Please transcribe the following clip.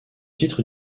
titre